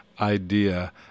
idea